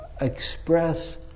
express